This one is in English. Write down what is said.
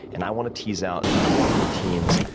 and i want to tease out the morning routines,